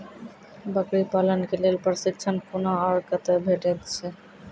बकरी पालन के लेल प्रशिक्षण कूना आर कते भेटैत छै?